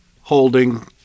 holding